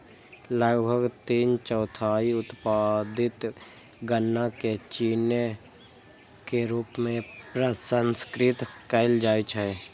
लगभग तीन चौथाई उत्पादित गन्ना कें चीनी के रूप मे प्रसंस्कृत कैल जाइ छै